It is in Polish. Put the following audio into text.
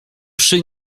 przy